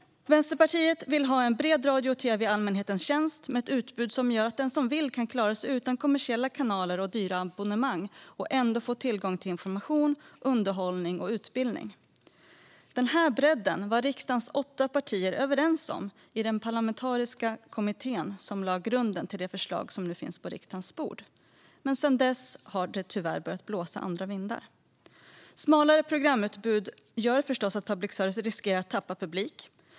Vänsterpartiet vill ha en bred radio och tv i allmänhetens tjänst med ett utbud som gör att den som vill kan klara sig utan kommersiella kanaler och dyra abonnemang och ändå få tillgång till information, underhållning och utbildning. Denna bredd var riksdagens åtta partier överens om i den parlamentariska kommitté som lade grunden till det förslag som nu finns på riksdagens bord. Men sedan dess har det tyvärr börjat blåsa andra vindar. Smalare programutbud gör förstås att public service riskerar att tappa publik.